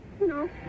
No